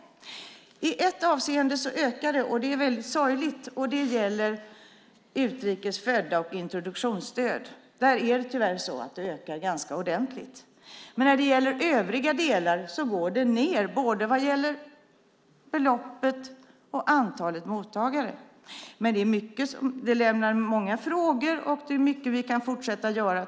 I ett avseende ökar de, och det är väldigt sorgligt. Det gäller utrikes födda och introduktionsstöd, där de tyvärr ökar ganska ordentligt. Men när det gäller övriga delar går de ned, vad gäller både belopp och antal mottagare. Men det lämnar många frågor, och det är mycket vi kan fortsätta att göra.